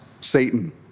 Satan